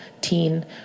teen